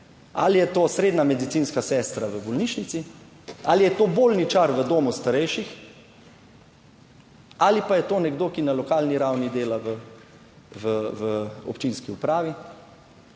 ali je to srednja medicinska sestra v bolnišnici ali je to bolničar v domu starejših ali pa je to nekdo, ki na lokalni ravni dela v občinski upravi.